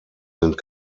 sind